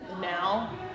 now